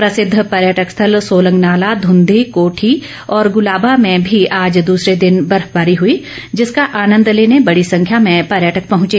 प्रसिद्व पर्यटक स्थल सोलंग नाला ध्रंधी कोठी और गुलाबा में भी आज द्सरे दिन बर्फबारी हुई जिसका आनंद लेने बड़ी संख्या में पर्यटक पहुंचे